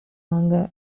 வாங்க